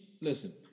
listen